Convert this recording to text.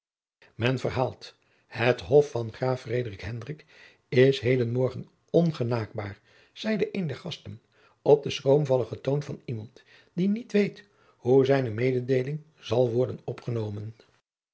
men verhaalt het hof van graaf frederik hendrik is heden morgen ongenaakbaar zeide een der gasten op den schroomvalligen toon van iemand die niet weet hoe zijne mededeeling zal worden opgenomen